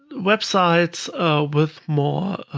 websites with more